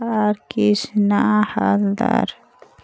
আর Krishna Haldar